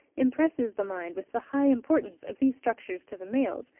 impresses the mind with the high importance of these structures to the males,